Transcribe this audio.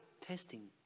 testing